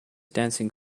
dancing